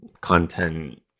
content